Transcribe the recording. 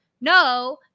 No